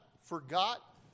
forgot